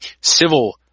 civil